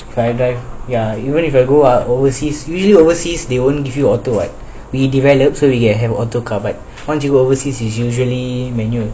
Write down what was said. ya even if I go uh overseas usually overseas they won't give you auto [what] we develop so we can have auto car ride once you go overseas is usually manual